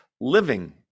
living